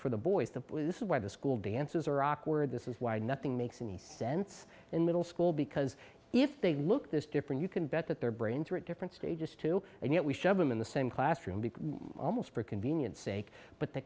for the boys that this is why the school dances are awkward this is why nothing makes any sense in middle school because if they look this different you can bet that their brains are at different stages too and yet we shove them in the same classroom because almost for convenience sake but th